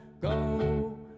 go